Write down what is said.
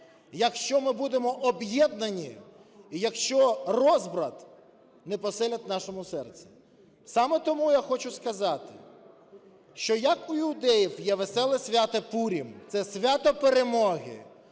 якщо ми будемо об'єднані і якщо розбрат не поселять у нашому серці. Саме тому я хочу сказати, що як у іудеїв є веселе свято Пурім - це свято перемоги,